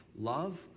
love